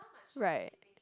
right